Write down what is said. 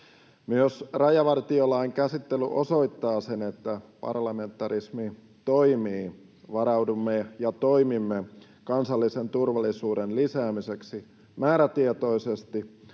Myös rajavartiolain käsittely osoittaa sen, että parlamentarismi toimii. Varaudumme ja toimimme kansallisen turvallisuuden lisäämiseksi määrätietoisesti